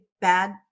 bad